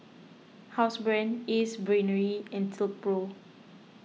Housebrand Ace Brainery and Silkpro